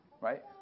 Right